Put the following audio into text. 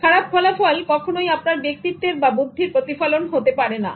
খারাপ ফলাফল কখনোই আপনার ব্যক্তিত্বের বা বুদ্ধির প্রতিফলন হতে পারে না